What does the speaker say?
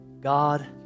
God